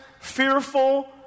fearful